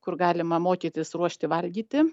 kur galima mokytis ruošti valgyti